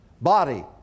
body